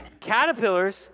Caterpillars